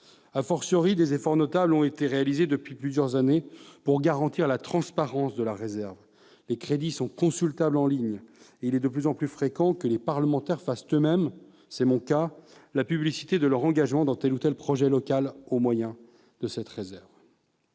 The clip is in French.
réelle., des efforts notables ont été réalisés depuis plusieurs années pour garantir la transparence de la réserve. Les crédits sont consultables en ligne et il est de plus en plus fréquent que les parlementaires- c'est mon cas -fassent eux-mêmes la publicité de leur engagement dans tel ou tel projet local au moyen de la réserve.